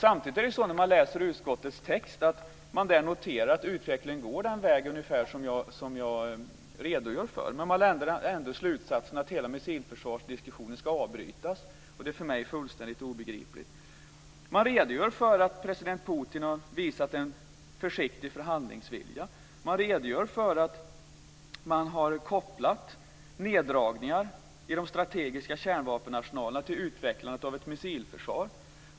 Samtidigt noterar man i utskottets text att utvecklingen går ungefär den väg som jag redogör för, men man drar ändå slutsatsen att hela missilförsvarsdiskussionen ska avbrytas. Det är för mig fullständigt obegripligt. Man redogör för att president Putin har visat en försiktig förhandlingsvilja. Man redogör för att man har kopplat neddragningar i de strategiska kärnvapenarsenalerna till utvecklandet av ett missilförsvar.